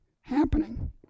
happening